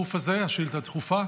הדחוף הזה, השאילתה הדחופה.